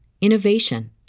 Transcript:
innovation